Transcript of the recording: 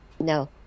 No